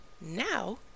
Now